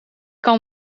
kan